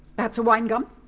perhaps a wine gum?